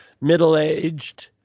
middle-aged